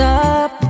up